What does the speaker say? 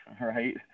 right